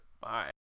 bye